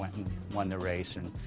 won the race. and